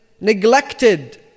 neglected